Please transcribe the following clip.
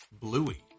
Bluey